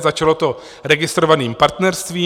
Začalo to registrovaným partnerstvím.